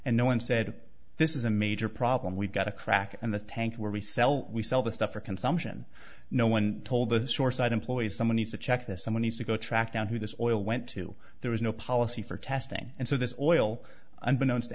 and no one said this is a major problem we've got a crack in the tank where we sell we sell the stuff for consumption no one told the source i'd employ someone needs to check this someone has to go track down who this oil went to there was no policy for testing and so this oil unbeknown to